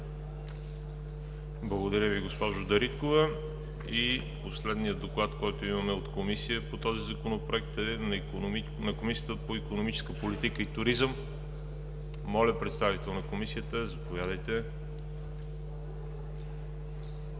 Благодаря Ви, госпожо Дариткова. И последния доклад, който имаме от комисия по този Законопроект, е на Комисията по икономическа политика и туризъм. Моля, представител на Комисията – заповядайте. ДОКЛАДЧИК